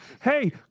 Hey